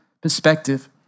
perspective